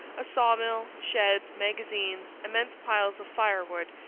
a sawmill, sheds, magazines, immense piles of firewood,